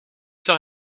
zal